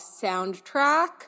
soundtrack